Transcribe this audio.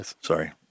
Sorry